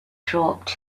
dropped